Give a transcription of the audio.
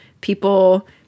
people